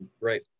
right